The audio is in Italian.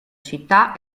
città